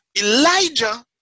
Elijah